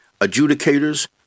adjudicators